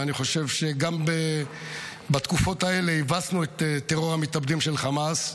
ואני חושב שגם בתקופות האלה הבסנו את טרור המתאבדים של חמאס,